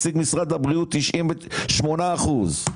מדובר ב-98%.